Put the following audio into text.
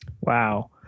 Wow